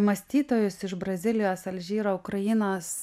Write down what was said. mąstytojus iš brazilijos alžyro ukrainos